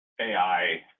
AI